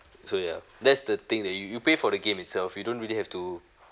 so ya that's the thing that you you pay for the game itself you don't really have to